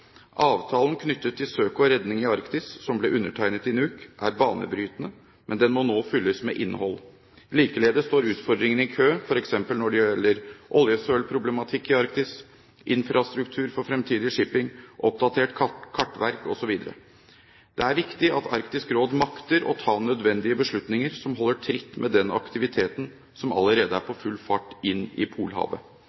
Avtalen knyttet til søk og redning i Arktis, som ble undertegnet i Nuuk, er banebrytende, men den må nå fylles med innhold. Likeledes står utfordringene i kø, f.eks. når det gjelder oljesølproblematikk i Arktis, infrastruktur for framtidig shipping, oppdatert kartverk osv. Det er viktig at Arktisk Råd makter å ta nødvendige beslutninger som holder tritt med den aktiviteten som allerede er